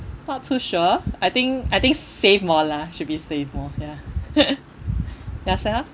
not too sure I think I think save more lah should be save more ya yourself